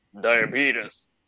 diabetes